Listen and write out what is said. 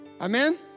Amen